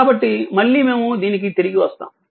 కాబట్టి మళ్ళీ మేము దీనికి తిరిగి వస్తాము